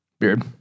Beard